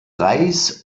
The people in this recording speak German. reis